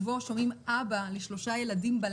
ובה שומעים אבא לשלושה ילדים,